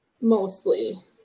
mostly